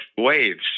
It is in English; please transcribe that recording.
waves